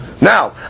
Now